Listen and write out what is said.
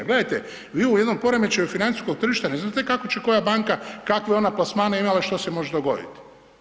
Jer gledajte, vi u jednom poremećaju financijskog tržišta ne znate kako će koja banka, kakve ona plasmane ima i što se može dogoditi.